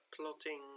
Plotting